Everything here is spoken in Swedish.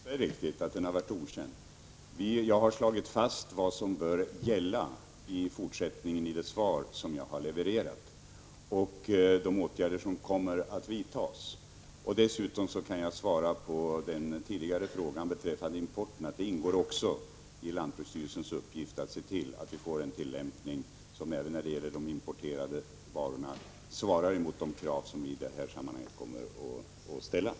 Fru talman! Det sista är riktigt — att frågan har varit okänd. Jag har i det svar som jag levererat slagit fast vad som bör gälla i fortsättningen och vilka åtgärder som kommer att vidtas. Dessutom kan jag svara på den tidigare frågan beträffande import, att det ingår i lantbruksstyrelsens uppgift att se till att vi får en tillämpning som även när det gäller importerade varor svarar mot de krav som kommer att ställas.